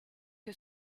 que